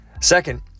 second